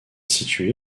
située